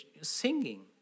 singing